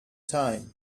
time